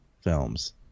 films